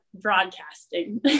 broadcasting